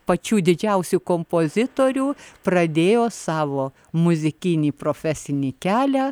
pačių didžiausių kompozitorių pradėjo savo muzikinį profesinį kelią